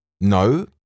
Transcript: No